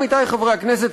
עמיתי חברי הכנסת,